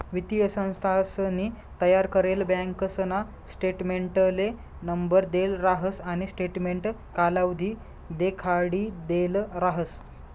वित्तीय संस्थानसनी तयार करेल बँकासना स्टेटमेंटले नंबर देल राहस आणि स्टेटमेंट कालावधी देखाडिदेल राहस